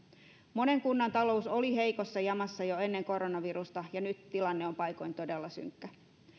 monen kunnan talous oli heikossa jamassa jo ennen koronavirusta ja nyt tilanne on paikoin todella synkkä